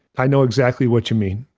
i know exactly what you mean,